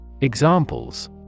Examples